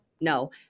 No